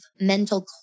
mental